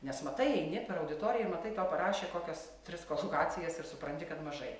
nes matai eini per auditoriją ir matai tau parašė kokias tris kolokacijas ir supranti kad mažai